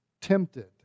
tempted